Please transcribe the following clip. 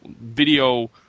video